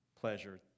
pleasure